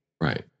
right